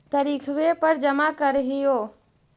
तरिखवे पर जमा करहिओ?